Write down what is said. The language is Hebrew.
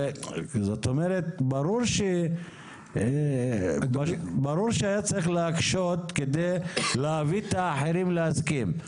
זאת אומרת שברור שהיה צריך להקשות כדי להביא את האחרים להסכים.